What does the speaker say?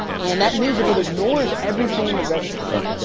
and that means that it ignores everything in the registers.